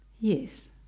Yes